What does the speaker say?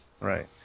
Right